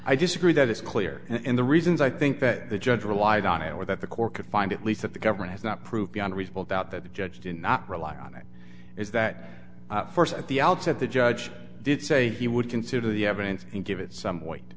i disagree that it's clear in the reasons i think that the judge relied on it without the core could find at least that the government has not proved beyond a reasonable doubt that the judge did not rely on it is that first at the outset the judge did say he would consider the evidence and give it some weight